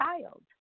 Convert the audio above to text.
child